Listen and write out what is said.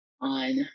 on